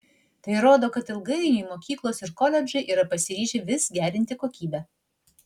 tai rodo kad ilgainiui mokyklos ir koledžai yra pasiryžę vis gerinti kokybę